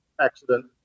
accident